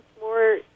more